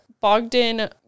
Bogdan